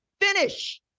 finish